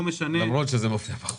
למרות שזה מופיע בחוק.